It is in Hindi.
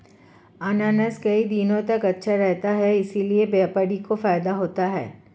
अनानास कई दिनों तक अच्छा रहता है इसीलिए व्यापारी को फायदा होता है